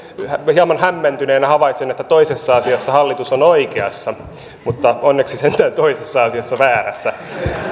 hieman hämmentyneenä havaitsen että toisessa asiassa hallitus on oikeassa mutta onneksi sentään toisessa asiassa väärässä